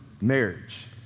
marriage